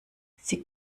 sie